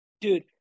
Dude